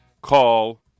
call